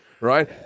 right